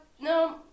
no